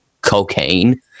Cocaine